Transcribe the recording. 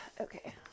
okay